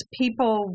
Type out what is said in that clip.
people